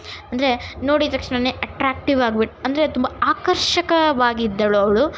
ಅಂದರೆ ನೋಡಿದ ತಕ್ಷಣನೇ ಅಟ್ರ್ಯಾಕ್ಟಿವ್ ಆಗ್ಬಿಟ್ಟ ಅಂದರೆ ತುಂಬ ಆಕರ್ಷಕವಾಗಿದ್ದಳು ಅವಳು